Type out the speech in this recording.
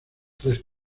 tres